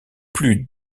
plus